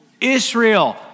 Israel